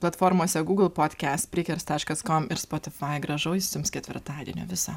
platformose gūgl podkest prikers taškas kom ir spotifai gražaus jums ketvirtadienio viso